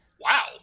Wow